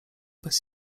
bez